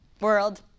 world